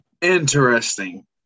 Interesting